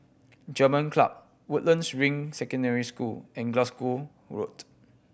German Club Woodlands Ring Secondary School and Glasgow Road